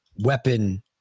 weapon